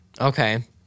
Okay